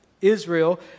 Israel